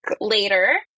later